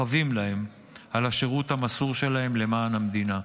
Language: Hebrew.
חבים להם על השירות המסור שלהם למען המדינה.